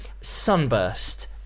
Sunburst